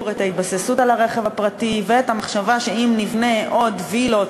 את ההתבססות על הרכב הפרטי ואת המחשבה שאם נבנה עוד וילות